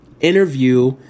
interview